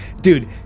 Dude